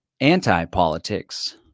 anti-politics